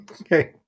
Okay